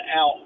out